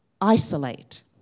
isolate